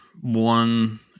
One